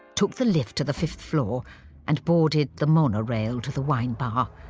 took the lift to the fifth floor and boarded the monorail to the wine bar.